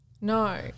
No